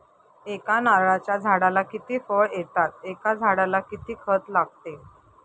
एका नारळाच्या झाडाला किती फळ येतात? एका झाडाला किती खत लागते?